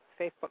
Facebook